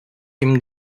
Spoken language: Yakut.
ким